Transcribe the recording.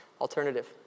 alternative